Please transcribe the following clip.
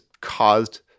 caused